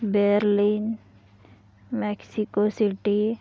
Berlin Mexico city